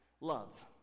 Love